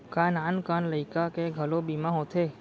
का नान कन लइका के घलो बीमा होथे?